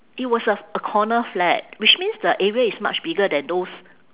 it was a a corner flat which means the area is much bigger than those